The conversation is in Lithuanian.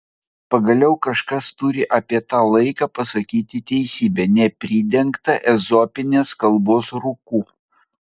pagaliau kažkas turi apie tą laiką pasakyti teisybę nepridengtą ezopinės kalbos rūku